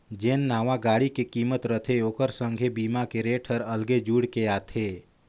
जेन नावां गाड़ी के किमत रथे ओखर संघे बीमा के रेट हर अगले जुइड़ के आथे